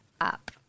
up